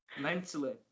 mentally